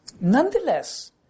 Nonetheless